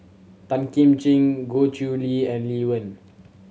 Tan Kim Ching Goh Chiew Lye and Lee Wen